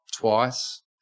twice